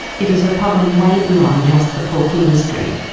it is a problem way beyond just the pork industry.